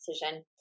decision